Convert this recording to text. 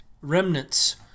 remnants